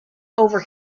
over